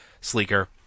Sleeker